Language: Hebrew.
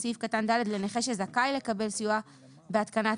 נכה שזכאי לקבל סיוע לפי סעיף זה יקבל